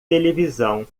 televisão